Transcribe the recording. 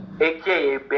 aka